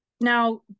now